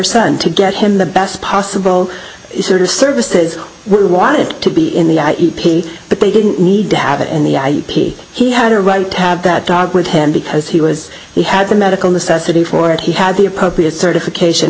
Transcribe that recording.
son to get him the best possible sort of services we want it to be in the e p but they didn't need to have it in the ip he had a right to have that dog with him because he was he had the medical necessity for it he had the appropriate certification